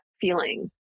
feeling